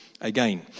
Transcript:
again